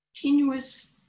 continuous